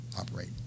operate